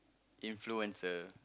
influencer